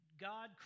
God